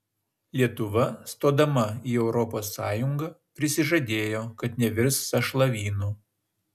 lietuva stodama į europos sąjungą prisižadėjo kad nevirs sąšlavynu